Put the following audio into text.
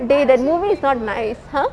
dey the movie is not nice !huh!